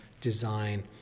design